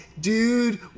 dude